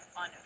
on